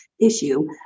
issue